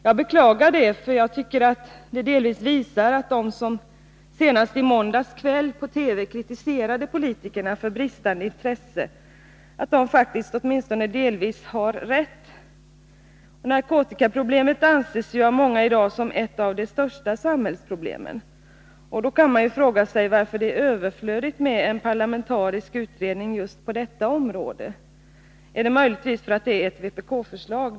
Jag beklagar det, för jag tycker att det delvis visar att de som senast i måndags kväll i TV kritiserade politikerna för brist på intresse, faktiskt åtminstone delvis har rätt. Narkotikaproblemet anses ju av många i dag som ett av de största samhällsproblemen. Då kan man fråga sig varför det är överflödigt med en parlamentarisk utredning just på detta område. Är det möjligtvis därför att det är ett vpk-förslag?